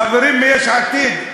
חברים מיש עתיד,